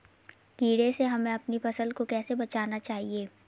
कीड़े से हमें अपनी फसल को कैसे बचाना चाहिए?